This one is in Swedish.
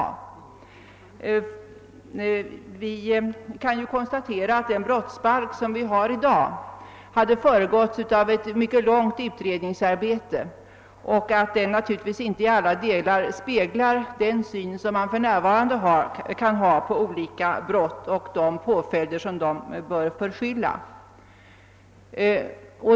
Vi kan ju konstatera att den nuva rande brottsbalken föregåtts av ett mycket omfattande utredningsarbete och att den inte i alla delar speglar den syn man för närvarande kan ha på olika brott och de påföljder dessa bör förskylla.